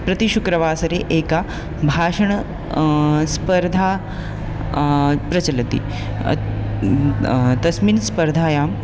प्रतिशुक्रवासरे एका भाषण स्पर्धा प्रचलति अतः तस्मिन् स्पर्धायां